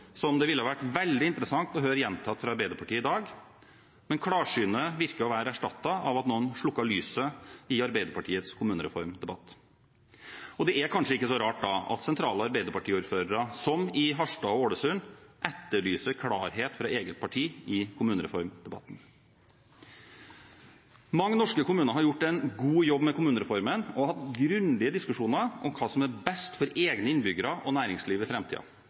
som det ville vært veldig interessant å høre gjentatt av Arbeiderpartiet i dag. Men klarsynet later til å være erstattet av at noen har slukket lyset i Arbeiderpartiets kommunereformdebatt. Da er det kanskje ikke så rart at sentrale arbeiderpartiordførere, som i Harstad og Ålesund, etterlyser klarhet fra eget parti i kommunereformdebatten. Mange norske kommuner har gjort en god jobb med kommunereformen og hatt grundige diskusjoner om hva som er best for egne innbyggere og næringslivet i